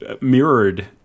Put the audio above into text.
mirrored